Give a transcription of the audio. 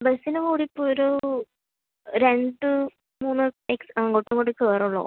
ബസ്സിന് കൂടി ഇപ്പോൾ ഒരു രണ്ട് മൂന്ന് ദിവസം അങ്ങോട്ടും ഇങ്ങോട്ടും കേറുകയുള്ളു